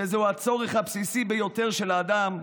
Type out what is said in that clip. שזה הצורך הבסיסי ביותר של האדם,